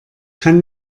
kann